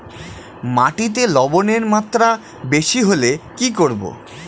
মাটিতে লবণের মাত্রা বেশি হলে কি করব?